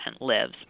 lives